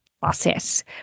process